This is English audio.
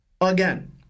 Again